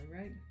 right